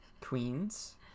Queens